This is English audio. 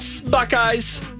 Buckeyes